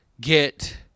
get